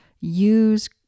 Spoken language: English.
use